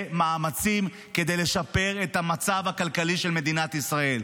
מאמצים כדי לשפר את המצב הכלכלי של מדינת ישראל.